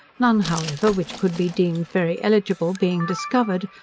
none, however, which could be deemed very eligible, being discovered,